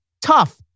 Tough